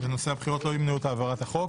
בנושא הבחירות לא ימנעו את העברת החוק.